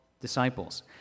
disciples